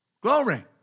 Glory